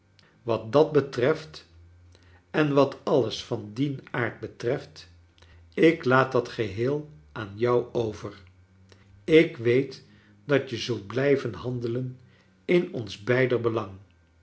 wat dat betreft en wat alles van dien aard betreft ik laat dat geheel aan jou over ik weet dat je zult blijven handelen in ons beider belang